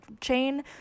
chain